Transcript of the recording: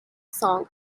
song